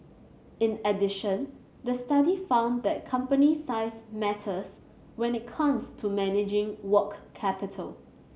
in addition the study found that company size matters when it comes to managing work capital